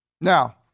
Now